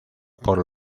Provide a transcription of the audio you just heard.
por